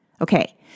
Okay